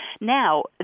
Now